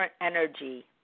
energy